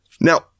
Now